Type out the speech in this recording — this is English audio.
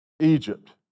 Egypt